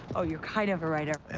oh, you're kind of a writer. yeah,